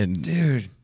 Dude